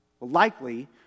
Likely